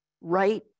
right